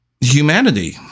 humanity